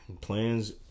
plans